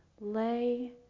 lay